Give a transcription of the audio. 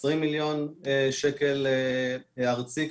20 מיליון שקל ארצי,